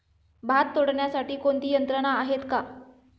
भात तोडण्यासाठी कोणती यंत्रणा आहेत का?